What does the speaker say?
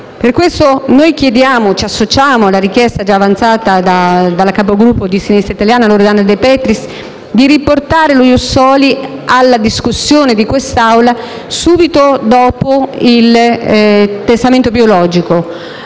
Per questo ci associamo alla richiesta, già avanzata dalla capogruppo di Sinistra Italiana, Loredana De Petris, di riportare lo *ius soli* alla discussione di quest'Assemblea subito dopo il testamento biologico.